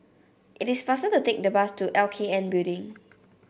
it is faster to take the bus to LKN Building